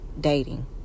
dating